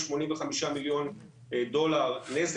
85 מיליון נזק.